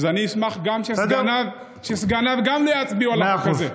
אז אני אשמח גם שסגניו לא יצביעו על החוק הזה.